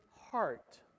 heart